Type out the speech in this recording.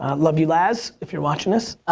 ah love you laz, if you're watchin' this.